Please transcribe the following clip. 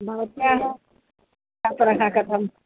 भवत्याः पुनः कथम्